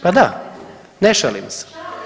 pa da, ne šalim se.